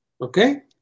Okay